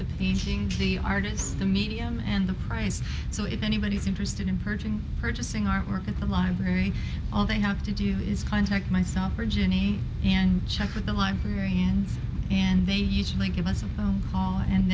the eating the artist the medium and the prize so if anybody is interested in purging purchasing artwork at the library all they have to do is contact myself or ginny and check with the librarian and they usually give us a call and